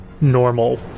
normal